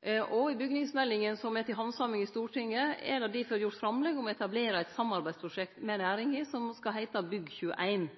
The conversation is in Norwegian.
I bygningsmeldinga som er til handsaming i Stortinget, er det difor gjort framlegg om å etablere eit samarbeidsprosjekt med næringa, som skal